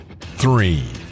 three